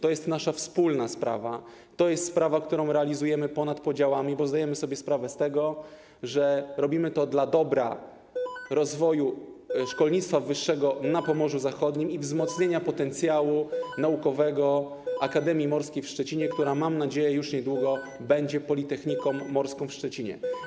To jest nasza wspólna sprawa, to jest sprawa, którą realizujemy ponad podziałami, bo zdajemy sobie sprawę z tego, że robimy to dla dobra rozwoju szkolnictwa wyższego na Pomorzu Zachodnim i wzmocnienia potencjału naukowego Akademii Morskiej w Szczecinie, która - mam nadzieję - już niedługo będzie Politechniką Morską w Szczecinie.